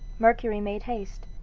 mercury made haste,